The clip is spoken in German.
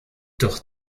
doch